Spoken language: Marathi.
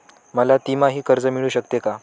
मला तिमाही कर्ज मिळू शकते का?